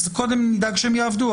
קודם נדאג שהם יעבדו,